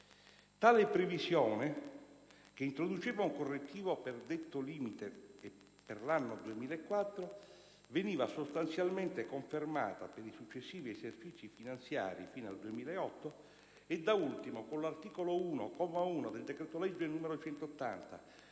Tale previsione, che introduceva un correttivo per detto limite e per l'anno 2004, veniva sostanzialmente confermata per i successivi esercizi finanziari fino al 2008 e, da ultimo, con l'articolo 1, comma 1, del decreto-legge 10